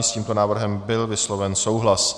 S tímto návrhem byl vysloven souhlas.